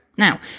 Now